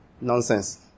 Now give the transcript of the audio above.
Nonsense